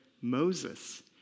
Moses